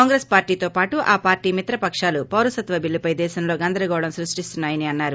కాంగ్రెస్ పార్టీతో పాటు ఆ పార్టీ మిత్రపకాలు పౌరసత్వ బిల్లుపై దేశంలో గందరగోళం సృష్టిస్తున్నాయని అన్నారు